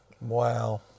Wow